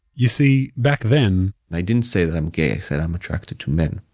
you see, back then, and i didn't say that i'm gay, i said i'm attracted to men.